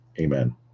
Amen